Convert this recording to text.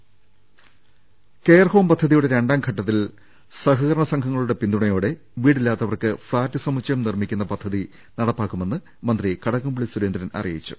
രുവെട്ടിര care home പദ്ധതിയുടെ രണ്ടാംഘട്ടത്തിൽ സഹകരണ സംഘങ്ങ ളുടെ പിന്തുണയോടെ വീടില്ലാത്തവർക്ക് ഫ്ളാറ്റ് സമുച്ചയം നിർമ്മിക്കുന്ന പദ്ധതി നടപ്പാക്കുമെന്ന് മന്ത്രി കടകംപള്ളി സുരേന്ദ്രൻ അറിയിച്ചു